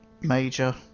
major